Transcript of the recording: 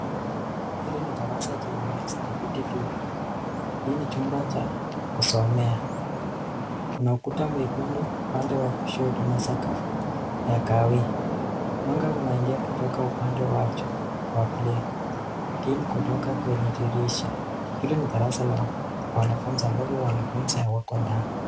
Hili ni darasa chenye meza na viti vingi. Hii ni chumba cha kusomea. Kuna ukuta mwekundu upande wa kushoto na sakafu ya kahawia. Mwanga unaingia kutoka upande wa juu wa kulia, hii ni kutoka kwenye dirisha. Hili ni darasa la wanafuzi ambapo wanafuzi hawako ndani.